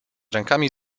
rękami